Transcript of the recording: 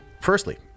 firstly